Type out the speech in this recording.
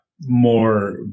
more